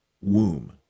womb